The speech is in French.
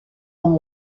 dans